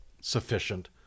sufficient